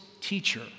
teacher